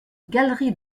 galerie